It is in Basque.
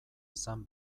izan